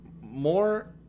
more